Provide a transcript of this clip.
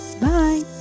Bye